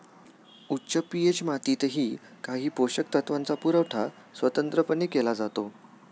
उच्च पी.एच मातीतही काही पोषक तत्वांचा पुरवठा स्वतंत्रपणे केला जातो